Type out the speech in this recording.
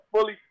fully